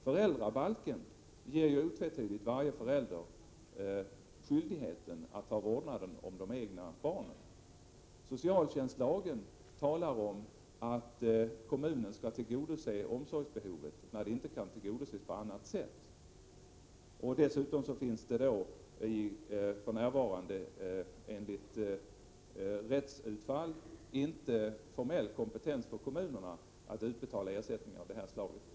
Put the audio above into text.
Föräldrabalken ger otvetydigt varje förälder skyldigheten att ta vårdnaden om de egna barnen. Socialtjänstlagen talar om att kommunen skall tillgodose omsorgsbehovet när det inte kan tillgodoses på annat sätt. Dessutom finns det för närvarande, enligt rättsutfall, inte formell kompetens för kommunerna att utbetala ersättning av det här slaget.